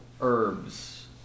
herbs